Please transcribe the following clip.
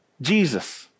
Jesus